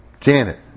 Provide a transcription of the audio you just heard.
Janet